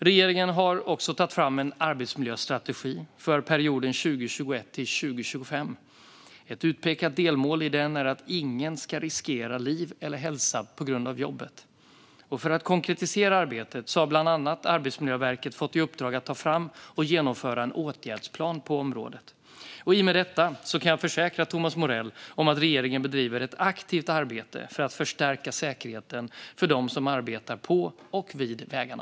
Regeringen har också tagit fram en arbetsmiljöstrategi för perioden 2021-2025. Ett utpekat delmål i den är att ingen ska riskera liv eller hälsa på grund av jobbet. För att konkretisera arbetet har bland andra Arbetsmiljöverket fått i uppdrag att ta fram och genomföra en åtgärdsplan på området. I och med detta kan jag försäkra Thomas Morell om att regeringen bedriver ett aktivt arbete för att förstärka säkerheten för dem som arbetar på och vid vägarna.